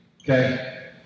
Okay